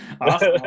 Awesome